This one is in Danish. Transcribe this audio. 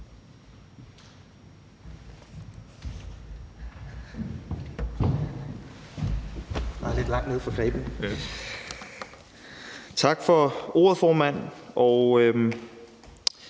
Tak for det, formand.